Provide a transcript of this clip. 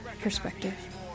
perspective